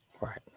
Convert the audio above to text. Right